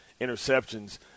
interceptions